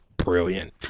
brilliant